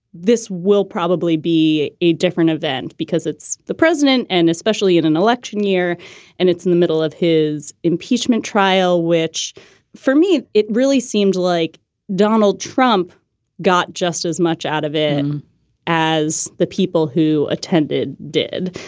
this will probably be a different event because it's the president and especially in an election year and it's in the middle of his impeachment trial, which for me, it really seemed like donald trump got just as much out of in as the people who attended did,